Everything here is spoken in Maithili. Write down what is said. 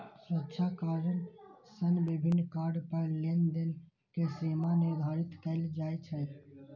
सुरक्षा कारण सं विभिन्न कार्ड पर लेनदेन के सीमा निर्धारित कैल जाइ छै